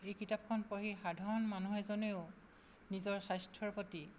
এই কিতাপখন পঢ়ি সাধাৰণ মানুহ এজনেও নিজৰ স্বাস্থ্যৰ প্ৰতি